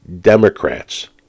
Democrats